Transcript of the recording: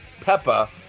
Peppa